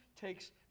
takes